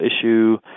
issue